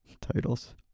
titles